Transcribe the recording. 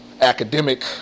academic